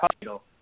title